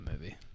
movie